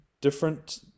different